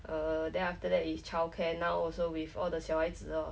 err then after that is childcare now also with all the 小孩子 loh